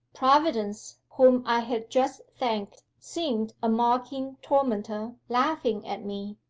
providence, whom i had just thanked, seemed a mocking tormentor laughing at me.